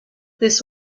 this